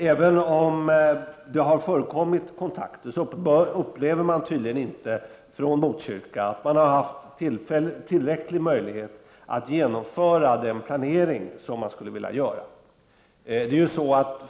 Även om det har förekommit kontakter, så upplever man tydligen inte från Botkyrka kommun att man har haft tillräcklig möjlighet att utföra den planering som man skulle vilja göra.